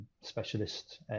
specialist